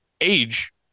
age